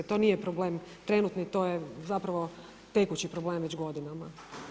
To nije problem trenutno, to je zapravo tekući problem već godinama.